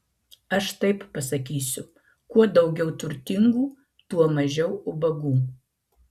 aš taip pasakysiu kuo daugiau turtingų tuo mažiau ubagų